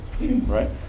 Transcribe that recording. right